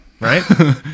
Right